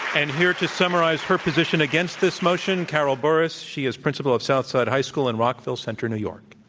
and here to summarize her position against this motion, carol burris. she is principal of south side high school in rockville centre, new york.